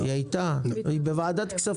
היא בוועדת כספים.